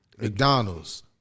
McDonald's